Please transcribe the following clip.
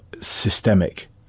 systemic